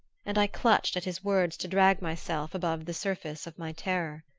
and i clutched at his words to drag myself above the surface of my terror.